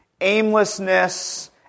aimlessness